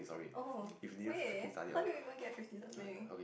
oh wait how do you even get fifty something